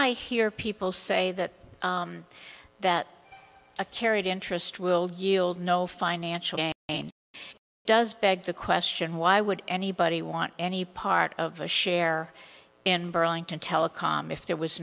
i hear people say that that a carried interest will yield no financial gain does beg the question why would anybody want any part of a share in burlington telecom if there was